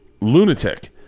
lunatic